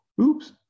Oops